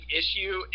issue